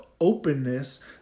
openness